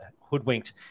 hoodwinked